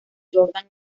jordan